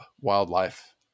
wildlife